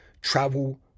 travel